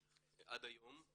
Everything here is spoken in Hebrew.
עד היום.